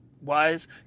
wise